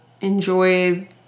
enjoy